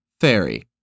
fairy